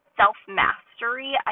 self-mastery